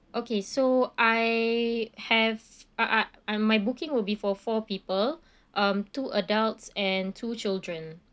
okay so I have I I'm my booking will be for four people um two adults and two children